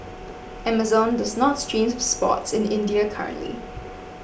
Amazon does not stream sports in India currently